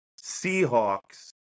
Seahawks